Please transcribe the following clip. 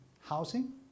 housing